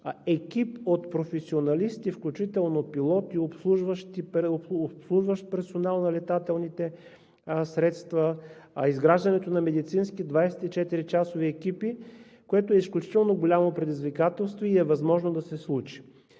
екип професионалисти, включително пилот и обслужващ персонал на летателните средства, изграждането на медицински 24-часови екипи, което е изключително голямо предизвикателство и е възможно да се случи.